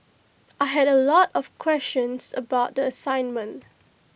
I had A lot of questions about the assignment